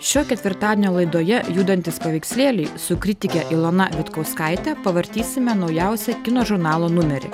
šio ketvirtadienio laidoje judantys paveikslėliai su kritike ilona vitkauskaite pavartysime naujausią kino žurnalo numerį